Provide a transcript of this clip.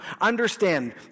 Understand